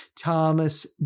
Thomas